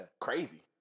Crazy